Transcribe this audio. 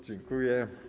Dziękuję.